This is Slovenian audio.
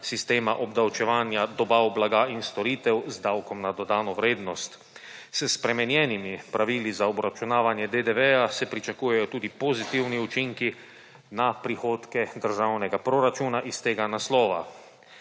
sistema obdavčevanja dobav blaga in storitev z davkom na dodano vrednost. S spremenjenimi pravili za obračunavanje DDV se pričakujejo tudi pozitivni učinki na prihodke državnega proračuna iz tega naslova.